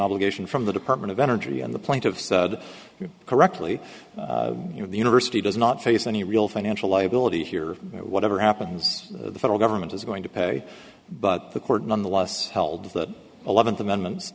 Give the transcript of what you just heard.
obligation from the department of energy and the plaintiffs you correctly you know the university does not face any real financial liability here whatever happens the federal government is going to pay but the court nonetheless held that eleventh amendment